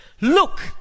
look